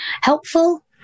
helpful